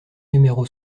numéro